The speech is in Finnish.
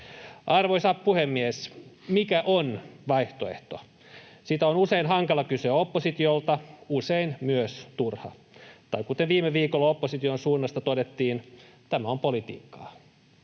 Arvoisa puhemies! Mikä on vaihtoehto? Sitä on usein hankala kysyä oppositiolta, usein myös turha, tai kuten viime viikolla opposition suunnasta todettiin, tämä on politiikkaa.